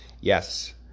Yes